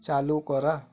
চালু করা